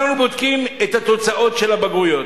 אנחנו בודקים את התוצאות של הבגרויות,